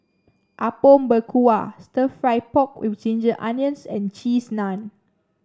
Apom Berkuah stir fry pork with Ginger Onions and Cheese Naan